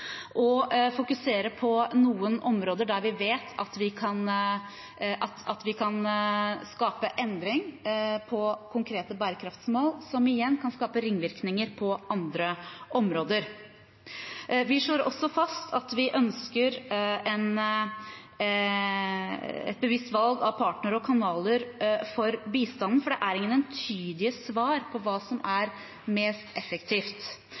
og konsentrere oss om noen områder der vi vet at vi kan skape endring på konkrete bærekraftsmål, som igjen kan skape ringvirkninger på andre områder. Vi slår også fast at vi ønsker et bevisst valg av partnere og kanaler for bistanden, for det er ingen entydige svar på hva som er mest effektivt.